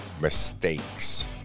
Mistakes